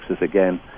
again